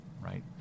right